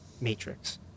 matrix